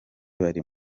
bari